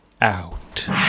Out